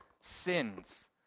sins